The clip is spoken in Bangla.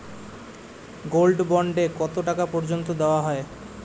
গোল্ড বন্ড এ কতো টাকা পর্যন্ত দেওয়া হয়?